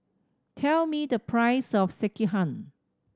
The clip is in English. tell me the price of Sekihan